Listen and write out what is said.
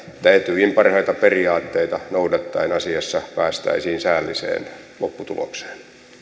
etyjin parhaita periaatteita noudattaen asiassa päästäisiin säälliseen lopputulokseen